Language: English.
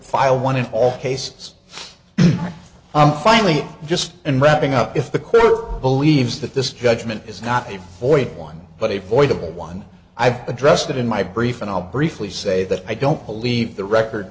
file one in all cases i'm finally just and wrapping up if the court believes that this judgment is not a void one but a voidable one i've addressed in my brief and i'll briefly say that i don't believe the record